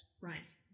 right